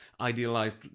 idealized